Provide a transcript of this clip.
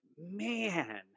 man